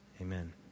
Amen